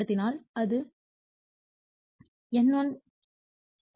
வகைப்படுத்தினால் அது N1 ∅m ω cos ω t